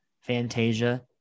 Fantasia